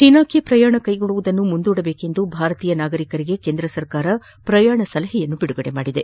ಚೀನಾಕ್ಕೆ ಪ್ರಯಾಣ ಕೈಗೊಳ್ಳುವುದನ್ನು ಮುಂದೂಡುವಂತೆ ಭಾರತೀಯ ನಾಗರಿಕರಿಗೆ ಕೇಂದ್ರ ಸರ್ಕಾರ ಪ್ರಯಾಣ ಸಲಹೆ ನೀಡಿದೆ